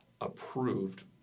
approved